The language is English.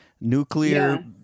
nuclear